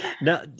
Now